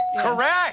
Correct